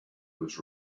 was